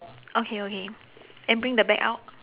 okay okay and bring the bag out